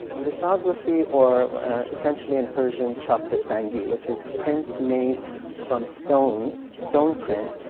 lithography or essentially in persian, chap-i sangi, which is prints made from stone, stone prints,